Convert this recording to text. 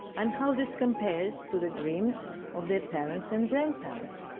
and how this compares to the dreams of their parents and grandparents.